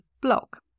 block